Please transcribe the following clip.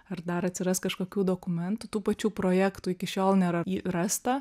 ar dar atsiras kažkokių dokumentų tų pačių projektų iki šiol nėra rasta